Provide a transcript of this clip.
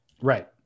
Right